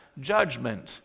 judgment